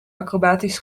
acrobatisch